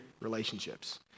relationships